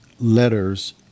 letters